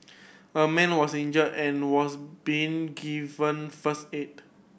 a man was injured and was being given first aid